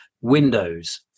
Windows